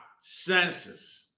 senses